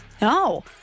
No